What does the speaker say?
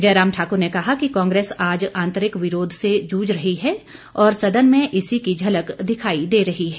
जयराम ठाकुर ने कहा कि कांग्रेस आज आंतरिक विरोध से जूझ रही है और सदन में इसी की झलक दिखाई दे रही है